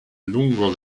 lungo